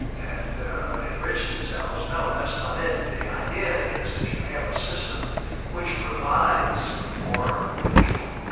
and enrich themselves, no that's not it. the idea is that you have a system which provides for the people,